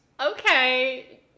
Okay